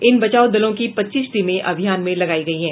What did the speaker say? इन बचाव दलों की पच्चीस टीमें अभियान में लगायी गयी हैं